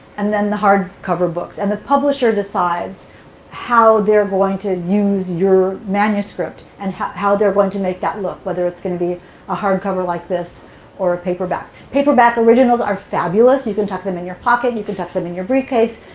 and then the hardcover books. and the publisher decides how they're going to use your manuscript, and how how they're going to make that look, whether it's going to be a hardcover like this or a paperback. paperback originals are fabulous. you can tuck them in your pocket, you can tuck them your briefcase.